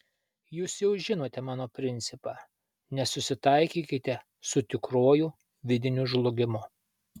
jūs jau žinote mano principą nesusitaikykite su tikruoju vidiniu žlugimu